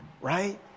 right